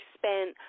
spent